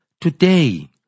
Today